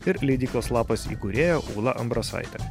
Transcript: ir leidyklos lapas įkūrėja ūla ambrasaitė